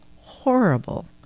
horrible